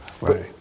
Right